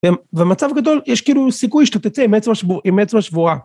במצב גדול יש כאילו סיכוי שאתה תצא עם עצמה שבורה